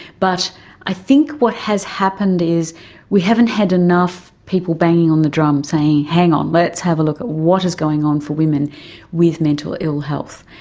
but i think what has happened is we haven't had enough people banging on the drum saying, hang on, let's have a look at what is going on for women with mental ill health.